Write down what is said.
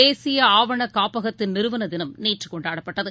தேசியஆவணகாப்பகத்தின் நிறுவனதினம் நேற்றுகொண்டாடப்பட்டது